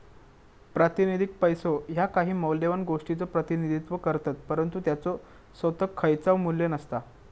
प्रातिनिधिक पैसो ह्या काही मौल्यवान गोष्टीचो प्रतिनिधित्व करतत, परंतु त्याचो सोताक खयचाव मू्ल्य नसता